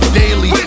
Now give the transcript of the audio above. daily